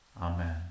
Amen